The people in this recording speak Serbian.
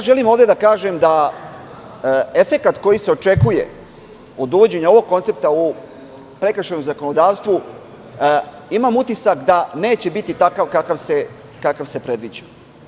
Želim ovde da kažem da efekat koji se očekuje od uvođenja ovog koncepta u prekršajno zakonodavstvo, imam utisak da neće biti takav kakav se predviđa.